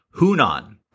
Hunan